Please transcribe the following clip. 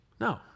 No